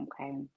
Okay